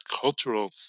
cultural